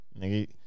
nigga